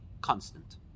constant